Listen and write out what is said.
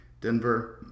Denver